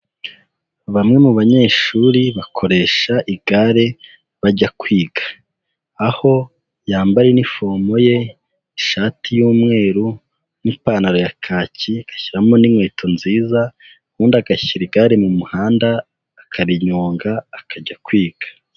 Bamwe mu banyeshuri bakoresha igare bajya kwiga, aho yambaye inifomo ye ishati y'umweru n'ipantaro ya kaki, agashyiramo n'inkweto nziza, ubundi agashyira igare mu muhanda akarinyonga akajya kwiga.